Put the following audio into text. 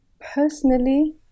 Personally